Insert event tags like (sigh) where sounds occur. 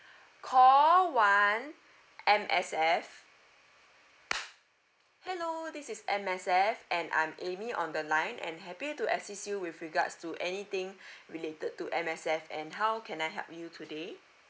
call one M_S_F hello this is M_S_F and I'm amy on the line and happy to assist you with regards to anything (breath) related to M_S_F and how can I help you today